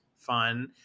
fun